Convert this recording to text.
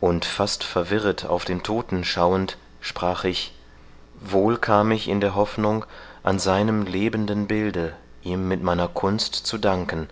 und fast verwirret auf den todten schauend sprach ich wohl kam ich in der hoffnung an seinem lebenden bilde ihm mit meiner kunst zu danken